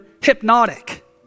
hypnotic